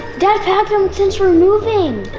dad packed them since we're moving!